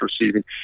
receiving